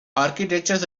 architecture